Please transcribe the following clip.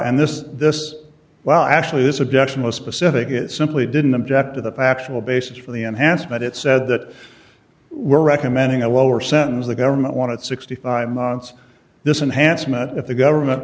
and this this well actually this objection was specific it simply didn't object to the factual basis for the enhancement it said that we're recommending a lower sentence the government wanted sixty five months this enhanced mut if the government